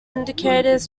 indicators